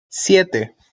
siete